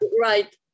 Right